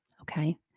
Okay